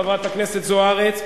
חברת הכנסת זוארץ,